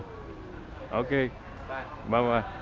ok bye byebye